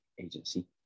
agency